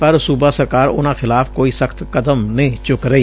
ਪਰ ਸੁਬਾ ਸਰਕਾਰ ਉਨੁਾਂ ਖਿਲਾਫ਼ ਕੋਈ ਸਖ਼ਤ ਕਦਮ ਨਹੀਂ ਚੁੱਕ ਰਹੀ